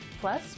plus